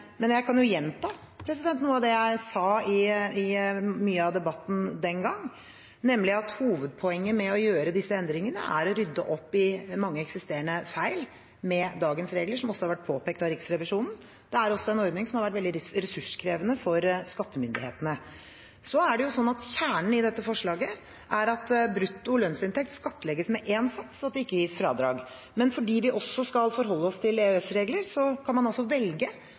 Men jeg kan jo gjenta noe av det jeg sa i mye av debatten den gang, nemlig at hovedpoenget med å gjøre disse endringene er å rydde opp i mange eksisterende feil ved dagens regler, som også har vært påpekt av Riksrevisjonen. Det er også en ordning som har vært veldig ressurskrevende for skattemyndighetene. Kjernen i dette forslaget er at brutto lønnsinntekt skattlegges med én sats, og at det ikke gis fradrag. Men fordi vi også skal forholde oss til EØS-regler, kan man velge